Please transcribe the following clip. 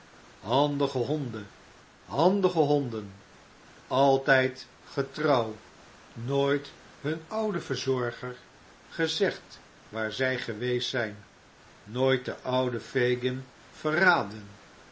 handige honden handige honden altijd getrouw nooit hun ouden verzorger gezegd waar zij geweest zijn nooit den ouden fagin verraden